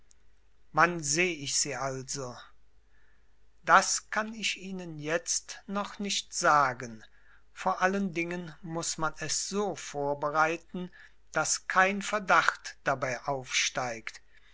wann seh ich sie also das kann ich ihnen jetzt noch nicht sagen vor allen dingen muß man es so vorbereiten daß kein verdacht dabei aufsteigt